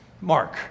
Mark